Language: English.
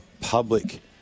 public